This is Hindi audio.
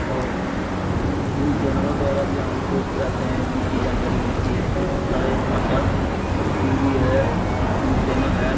और न्यूज़ चैनलों द्वारा भी हमको आते हैं न्यूज़ की जानकारी मिलती है सारे समाचार टी वी है न्यूज़ चैनल हैं